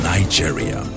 Nigeria